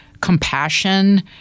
compassion